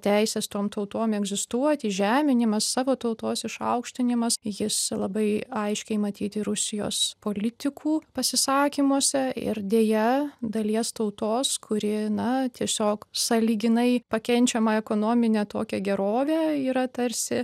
teisės tom tautom egzistuoti žeminimas savo tautos išaukštinimas jis labai aiškiai matyti rusijos politikų pasisakymuose ir deja dalies tautos kuri na tiesiog sąlyginai pakenčiamą ekonominę tokią gerovę yra tarsi